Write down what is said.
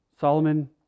Solomon